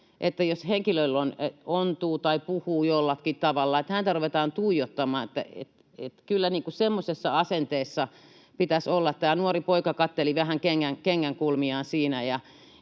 jos henkilö ontuu tai puhuu jollakin tavalla, niin häntä ruvetaan tuijottamaan, että kyllä niin kuin semmoisessa asenteessa pitäisi olla. Tämä nuori poika katseli vähän kengänkulmiaan siinä,